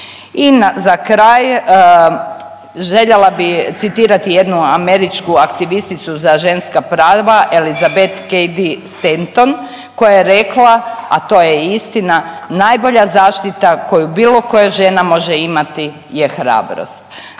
I za kraj, željela bi citirati jednu američku aktivisticu za ženska prava Elizabeth Cady Stanton koja je rekla, a to je i istina najbolja zaštita koju bilo koja žena može imati je hrabrost.